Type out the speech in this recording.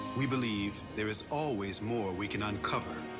we believe there is always more we can uncover